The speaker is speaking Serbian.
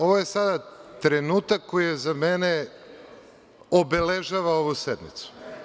Ovo je sada trenutak koji za mene obeležava ovu sednicu.